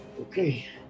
Okay